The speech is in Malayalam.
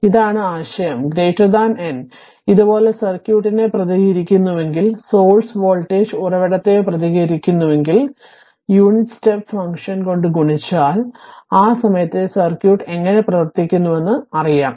അതിനാൽ ഇതാണ് ആശയം n ഇതുപോലെ സർക്യൂട്ടിനെ പ്രതിനിധീകരിക്കുന്നുവെങ്കിൽ സോഴ്സ് വോൾട്ടേജ് ഉറവിടത്തെയോ പ്രതിനിധീകരിക്കുന്നുവെങ്കിൽ യൂണിറ്റ് സ്റ്റെപ്പ് ഫംഗ്ഷൻ കൊണ്ട് ഗുണിച്ചാൽ ആ സമയത്ത് സർക്യൂട്ട് എങ്ങനെ പ്രവർത്തിക്കുന്നുവെന്ന് അറിയാം